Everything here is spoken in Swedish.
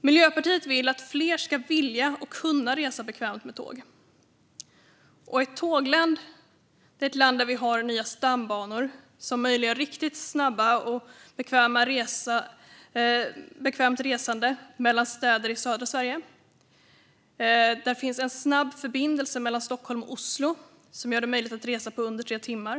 Miljöpartiet vill att fler ska vilja och kunna resa bekvämt med tåg i ett tågland där vi har nya stambanor som möjliggör ett riktigt snabbt och bekvämt resande mellan städer i södra Sverige. Det ska finnas en snabb förbindelse mellan Stockholm och Oslo som gör det möjligt att resa på mindre än tre timmar.